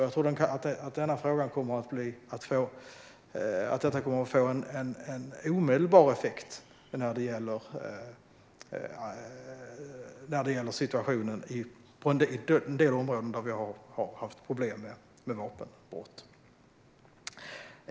Jag tror att detta kommer att få omedelbar effekt när det gäller situationen på en del områden där vi har haft problem med vapenbrott.